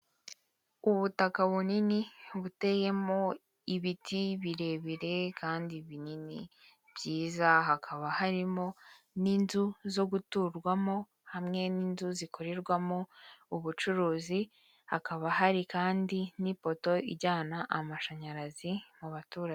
Ubutaka bunini buteyemo ibiti birebire kandi binini, byiza, hakaba harimo n'inzu zo guturwamo, hamwe n'inzu zikorerwamo ubucuruzi, hakaba hari kandi n'ipoto ijyana amashanyarazi mu baturage.